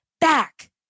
back